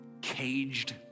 caged